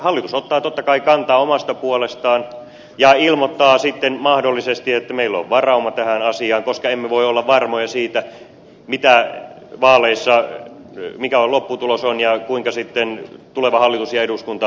hallitus ottaa totta kai kantaa omasta puolestaan ja ilmoittaa sitten mahdollisesti että meillä on varauma tähän asiaan koska emme voi olla varmoja siitä mikä lopputulos on vaaleissa ja kuinka sitten tuleva hallitus ja eduskunta asioihin kantaa ottavat